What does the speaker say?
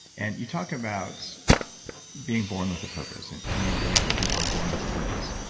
and you talk about being born with a purpose and how you believe that people are born with a purpose.